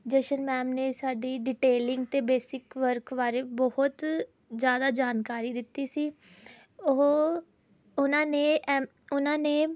ਜਸ਼ਨ ਮੈਮ ਨੇ ਸਾਡੀ ਡਿਟੇਲਿੰਗ ਅਤੇ ਬੇਸਿਕ ਵਰਕ ਬਾਰੇ ਬਹੁਤ ਜ਼ਿਆਦਾ ਜਾਣਕਾਰੀ ਦਿੱਤੀ ਸੀ ਉਹ ਉਹਨਾਂ ਨੇ ਐਮ ਉਹਨਾਂ ਨੇ